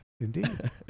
Indeed